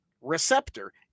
receptor